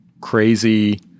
crazy